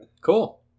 Cool